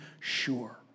sure